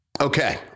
Okay